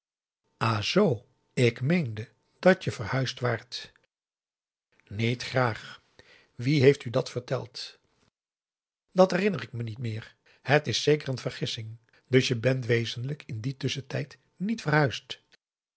zoo ik meende dat je verhuisd waart niet graag wie heeft u dat verteld dat herinner ik me niet meer het is zeker een vergissing dus je bent wezenlijk in dien tusschentijd niet verhuisd